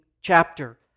chapter